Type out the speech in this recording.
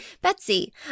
Betsy